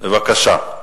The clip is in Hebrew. בבקשה,